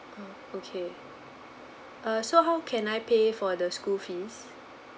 oh okay err so how can I pay for the school fees